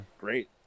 great